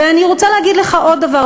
ואני רוצה להגיד לך עוד דבר,